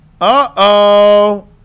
uh-oh